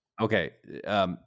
Okay